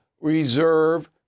reserve